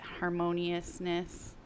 harmoniousness